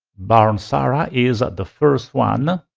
barnes sarah is the first one,